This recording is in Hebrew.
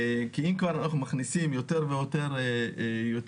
כי אם כבר אנחנו מכניסים יותר ויותר אוטובוסים,